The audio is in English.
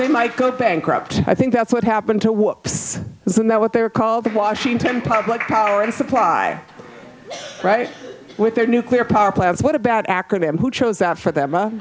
they might go bankrupt i think that's what happened to what isn't that what they're call the washington public power supply right with their nuclear power plants what about acronym who chose out for th